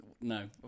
no